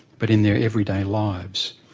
but in their everyday lives?